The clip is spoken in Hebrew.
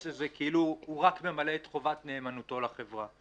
לזה כאילו הוא רק ממלא את חובת נאמנותו לחברה.